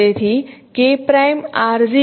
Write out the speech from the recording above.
તેથી K'R|0